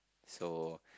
so